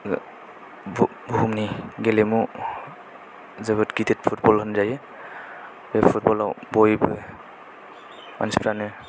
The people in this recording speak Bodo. बुहुमनि गेलेमु जोबोद गिदिर फुटबल होनजायो बे फुटबलाव बयबो मानसिफ्रानो